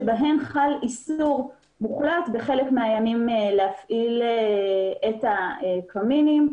שבהן חל איסור מוחלט בחלק מהימים להפעיל את הקמינים.